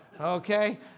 Okay